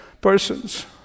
persons